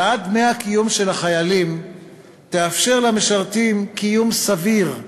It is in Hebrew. העלאת דמי הקיום של החיילים תאפשר למשרתים קיום סביר,